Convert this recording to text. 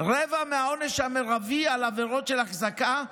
רבע מהעונש המרבי על עבירות של החזקה,